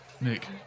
Nick